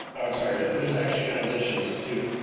i'm sorry that is is actually transitions to.